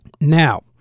Now